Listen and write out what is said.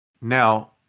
Now